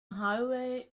highway